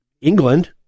England